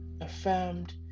affirmed